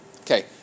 Okay